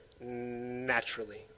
naturally